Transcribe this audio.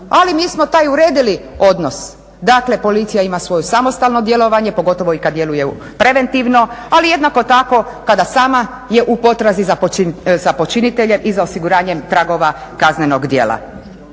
Ali mi smo taj uredili odnos. Dakle, Policija ima svoje samostalno djelovanje, pogotovo i kad djeluje preventivno, ali jednako tako kada sama je u potrazi za počiniteljem i za osiguranjem tragova kaznenog djela.